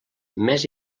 més